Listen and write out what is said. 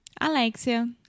Alexia